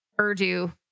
Urdu